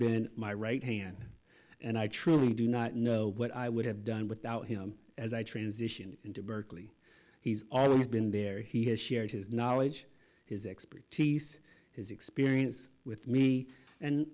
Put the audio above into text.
been my right hand and i truly do not know what i would have done without him as i transition into berkeley he's always been there he has shared his knowledge his expertise his experience with me and